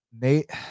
Nate